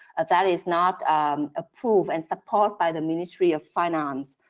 that is not approved and supported by the ministry of finance.